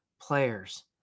players